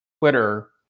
Twitter